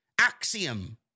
Axiom